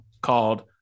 called